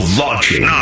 launching